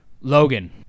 Logan